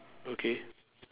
okay